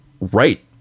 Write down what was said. right